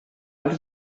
els